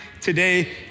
today